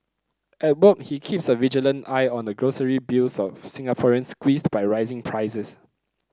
at work he keeps a vigilant eye on the grocery bills of Singaporeans squeezed by rising prices